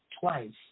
twice